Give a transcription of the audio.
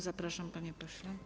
Zapraszam, panie pośle.